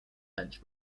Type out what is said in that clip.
bench